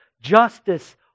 justice